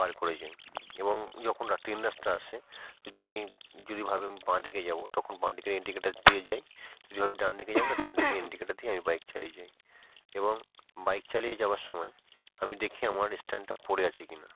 পার করে যাই এবং যখন তিন রাস্তা আসে যদি আমি যদি ভাবি আমি বাঁ দিকে যাব তখন বাঁ দিকে ইন্ডিকেটার দিয়ে যাই যদি ভাবি ডান দিকে যাব তা ডান দিকে ইন্ডিকেটার দিয়ে আমি বাইক চালিয়ে যাই এবং বাইক চালিয়ে যাবার সময় আমি দেখি আমার স্ট্যান্ডটা পড়ে আছে কি না